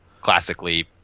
Classically